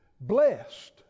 Blessed